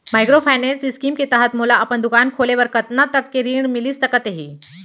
Microfinance scheme के तहत मोला अपन दुकान खोले बर कतना तक के ऋण मिलिस सकत हे?